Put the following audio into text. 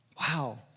Wow